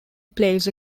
plays